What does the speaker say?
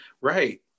Right